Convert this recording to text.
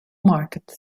market